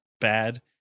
bad